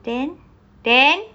then then